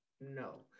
No